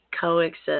coexist